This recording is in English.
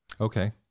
okay